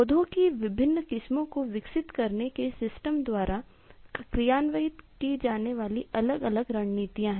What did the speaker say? पौधों की विभिन्न किस्मों को विकसित करने के सिस्टम द्वारा कार्यान्वित की जाने वाली अलग अलग रणनीतियाँ हैं